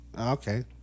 Okay